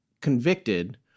convicted